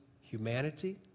humanity